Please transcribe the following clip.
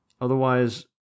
Otherwise